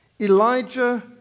Elijah